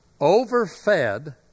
overfed